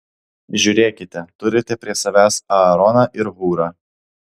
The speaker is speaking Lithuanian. žiūrėkite turite prie savęs aaroną ir hūrą